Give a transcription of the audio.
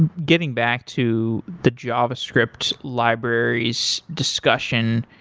and getting back to the javascript libraries discussion,